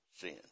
sin